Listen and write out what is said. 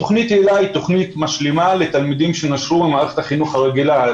תוכנית היל"ה היא תוכנית משלימה לתלמידים שנשרו ממערכת החינוך הרגילה.